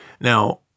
Now